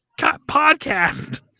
podcast